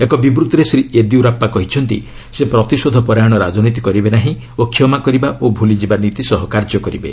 ଏକ ବିବୃତ୍ତିରେ ଶ୍ରୀ ୟେଦିୟୁରାସ୍କା କହିଛନ୍ତି ସେ ପ୍ରତିଶୋଧ ପରାୟଣ ରାଜନୀତି କରିବେ ନାହିଁ ଓ କ୍ଷମା କରିବା ଓ ଭୁଲିଯିବା ନୀତି ସହ କାର୍ଯ୍ୟ କରିବେ